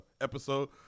episode